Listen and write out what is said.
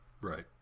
right